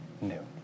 new